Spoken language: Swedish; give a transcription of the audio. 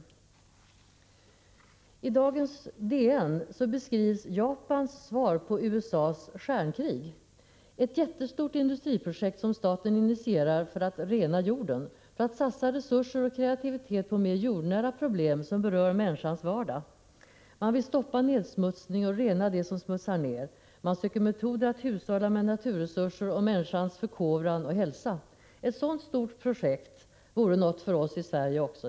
I dagens DN beskrivs Japans svar på USA:s stjärnkrig: Ett jättestort industriprojekt som staten initierar för att rena jorden, för att satsa resurser och kreativitet på mer jordnära problem som berör människans vardag. Man vill stoppa nedsmutsningen och rena det som smutsats ned. Man söker metoder för att hushålla med naturresurser, för människans förkovran och för en bättre hälsa. Ett sådant stort projekt vore också något för oss i Sverige.